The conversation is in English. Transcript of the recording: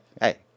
hey